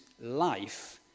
life